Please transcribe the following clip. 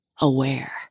aware